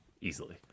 easily